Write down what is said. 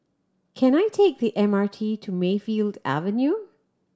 can I take the M R T to Mayfield Avenue